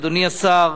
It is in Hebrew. אדוני השר,